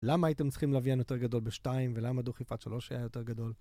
למה הייתם צריכים להבין יותר גדול בשתיים, ולמה דוכיפת שלוש היה יותר גדול?